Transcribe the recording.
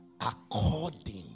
according